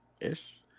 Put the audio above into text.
ish